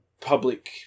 public